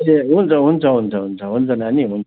ए हुन्छ हुन्छ हुन्छ हुन्छ हुन्छ नानी हुन्छ